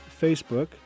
Facebook